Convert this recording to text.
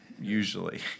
usually